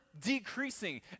decreasing